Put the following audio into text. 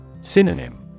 Synonym